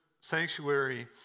sanctuary